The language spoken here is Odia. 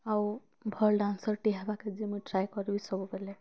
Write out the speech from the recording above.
ଆଉ ଭଲ୍ ଡ୍ୟାନ୍ସର୍ଟେ ହେବାକାଜେ ମୁଇଁ ଟ୍ରାଏ କର୍ବି ସବୁବେଲେ